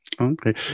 Okay